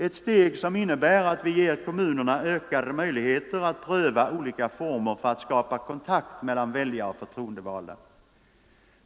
Ett steg som innebär att vi ger kommunerna ökade möjligheter att pröva olika former för att skapa kontakt mellan väljare och förtroendevalda.